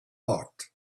heart